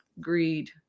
greed